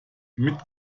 mit